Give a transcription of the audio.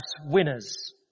winners